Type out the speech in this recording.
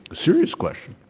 serious question,